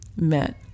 met